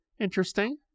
Interesting